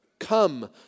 Come